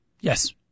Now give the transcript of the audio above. Yes